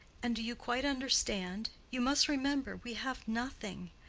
and do you quite understand? you must remember we have nothing.